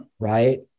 Right